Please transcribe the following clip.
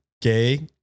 gay